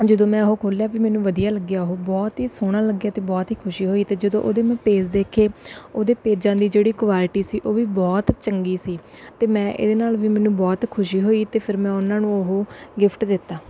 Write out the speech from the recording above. ਜਦੋਂ ਮੈਂ ਉਹ ਖੋਲ੍ਹਿਆ ਵੀ ਮੈਨੂੰ ਵਧੀਆ ਲੱਗਿਆ ਉਹ ਬਹੁਤ ਹੀ ਸੋਹਣਾ ਲੱਗਿਆ ਅਤੇ ਬਹੁਤ ਹੀ ਖੁਸ਼ੀ ਹੋਈ ਅਤੇ ਜਦੋਂ ਉਹਦੇ ਮੈਂ ਪੇਜ ਦੇਖੇ ਉਹਦੇ ਪੇਜਾਂ ਦੀ ਜਿਹੜੀ ਕੁਆਲਿਟੀ ਸੀ ਉਹ ਵੀ ਬਹੁਤ ਚੰਗੀ ਸੀ ਅਤੇ ਮੈਂ ਇਹਦੇ ਨਾਲ ਵੀ ਮੈਨੂੰ ਬਹੁਤ ਖੁਸ਼ੀ ਹੋਈ ਅਤੇ ਫਿਰ ਮੈਂ ਉਹਨਾਂ ਨੂੰ ਉਹ ਗਿਫਟ ਦਿੱਤਾ